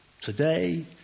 Today